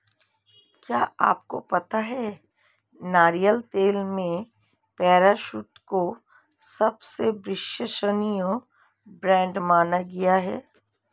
क्या आपको पता है नारियल तेल में पैराशूट को सबसे विश्वसनीय ब्रांड माना गया है?